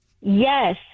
Yes